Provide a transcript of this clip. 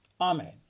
Amen